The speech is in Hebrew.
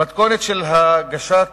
המתכונת של הגשת